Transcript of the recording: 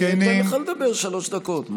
אני אתן לך לדבר שלוש דקות.